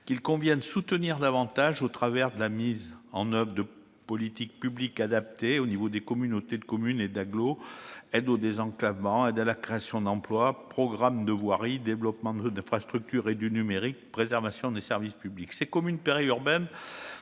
qu'il convient de soutenir davantage au travers de la mise en oeuvre de politiques publiques adaptées au niveau des communautés de communes et d'agglomération : aides au désenclavement, à la création d'emplois, programmes de voirie, développement des infrastructures et du numérique, préservation des services publics. Ces communes périurbaines